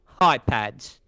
iPads